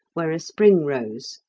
where a spring rose.